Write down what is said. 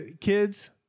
Kids